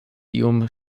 iom